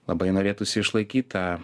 labai norėtųsi išlaikyt tą